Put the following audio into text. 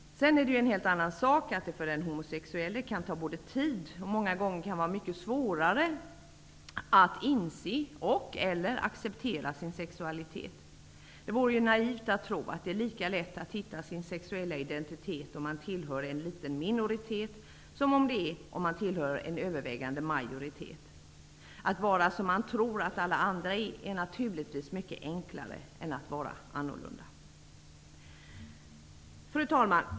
Sedan är det ju en helt annan sak att det för den homosexuelle kan ta tid och många gånger kan vara mycket svårare att inse och/eller acceptera sin sexualitet. Det vore ju naivt att tro att det är lika lätt att hitta sin sexuella identitet om man tillhör en liten minoritet som det är om man tillhör en övervägande majoritet. Att vara som man tror att alla andra är är naturligtvis mycket enklare än att vara annorlunda. Fru talman!